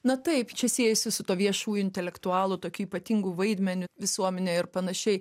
na taip čia siejasi su tuo viešųjų intelektualų tokiu ypatingu vaidmeniu visuomenėje ir panašiai